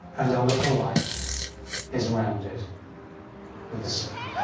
and our little life is rounded with a